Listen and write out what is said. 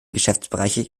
geschäftsbereiche